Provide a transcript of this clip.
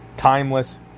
timeless